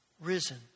risen